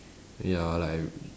ya like